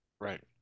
right